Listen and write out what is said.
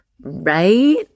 right